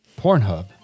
Pornhub